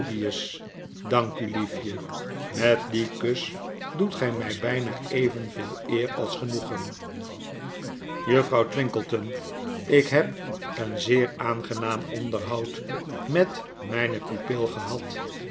dank u liefje met die kus doet gy my byna evepveel eer als genoegen juffrouw twinkleton ik heb een zeer aangenaam onderhoud met myne pupil gehad